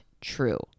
True